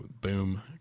boom